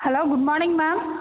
hello good morning ma'am